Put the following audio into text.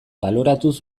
baloratuz